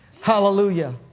Hallelujah